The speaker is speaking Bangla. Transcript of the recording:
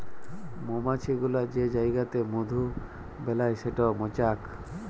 মমাছি গুলা যে জাইগাতে মধু বেলায় সেট মচাক